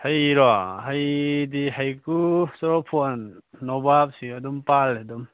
ꯍꯩꯔꯣ ꯍꯩꯗꯤ ꯍꯩꯀꯨ ꯆꯣꯔꯐꯣꯟ ꯅꯣꯕꯥꯞꯁꯤ ꯑꯗꯨꯝ ꯄꯥꯜꯂꯤ ꯑꯗꯨꯝ